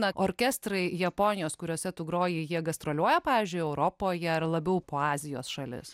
na orkestrai japonijos kuriuose tu groji jie gastroliuoja pavyzdžiui europoje ar labiau po azijos šalis